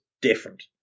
different